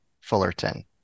Fullerton